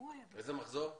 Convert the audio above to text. איזה מחזור?